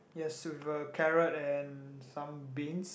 yes with a carrot and some beans